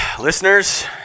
Listeners